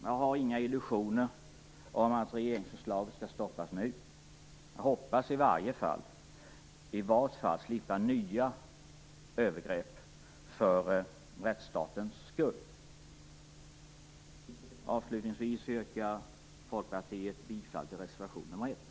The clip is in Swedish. Jag har inga illusioner om att regeringsförslaget kommer att stoppas nu, men hoppas i varje fall slippa nya övergrepp för rättsstatens skull.